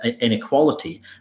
inequality